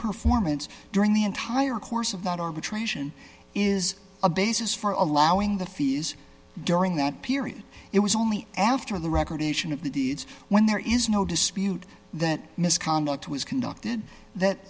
performance during the entire course of that arbitration is a basis for allowing the fees during that period it was only after the record ation of the deeds when there is no dispute that misconduct was conducted that